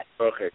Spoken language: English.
Okay